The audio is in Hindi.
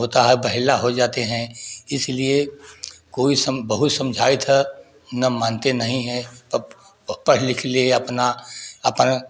होता है बहेला हो जाते हैं इसीलिए कोई बहुत समझाए था ना मानते नहीं हैं अब पढ़ लिख ले अपना अपना